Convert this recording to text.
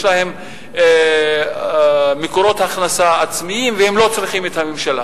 יש להן מקורות הכנסה עצמיים והן לא צריכות את הממשלה.